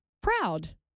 proud